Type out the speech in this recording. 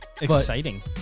Exciting